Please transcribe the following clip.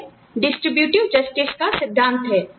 यह वितरतात्मक न्याय का सिद्धांत है